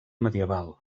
medieval